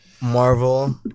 Marvel